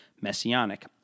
messianic